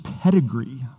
pedigree